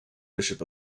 bishop